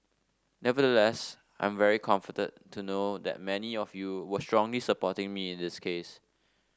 nevertheless I'm very comforted to know that many of you were strongly supporting me in this case